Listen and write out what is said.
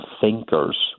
thinkers